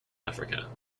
africa